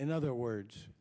in other words